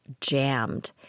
jammed